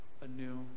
anew